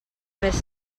més